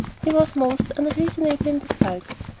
he was most unreasonably in the sulks.